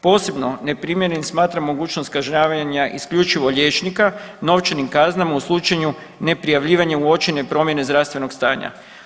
Posebno neprimjerenim smatram mogućnost kažnjavanja isključivo liječnika novčanim kaznama u slučaju neprijavljivanja uočene promjene zdravstvenog stanja.